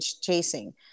chasing